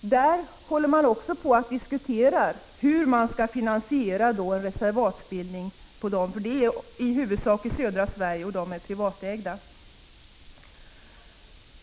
det gäller dessa diskuteras hur man skall finansiera reservatsbildning. De ligger i huvudsak i södra Sverige och är privatägda.